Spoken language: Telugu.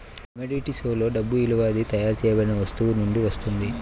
కమోడిటీస్లో డబ్బు విలువ అది తయారు చేయబడిన వస్తువు నుండి వస్తుంది